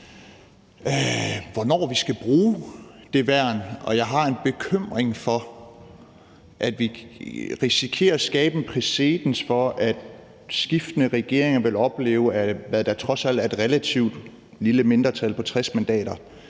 hvornår vi skal bruge det værn, og jeg har en bekymring for, at vi risikerer at skabe en præcedens for, at skiftende regeringer vil opleve, at hvad der trods alt er et relativt lille mindretal på 60 mandater,